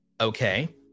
okay